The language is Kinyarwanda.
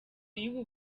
y’ubu